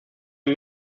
ein